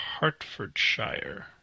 Hertfordshire